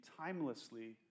timelessly